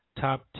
Top